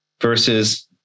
versus